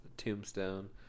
tombstone